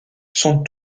sont